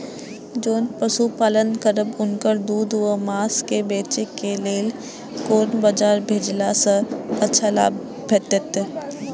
जोन पशु पालन करब उनकर दूध व माँस के बेचे के लेल कोन बाजार भेजला सँ अच्छा लाभ भेटैत?